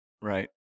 Right